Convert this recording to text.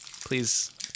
please